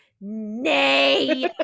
nay